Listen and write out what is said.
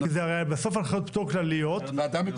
כי זה הרי בסוף הנחיות פטור כלליות ויכול